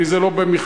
כי זה לא במכרז,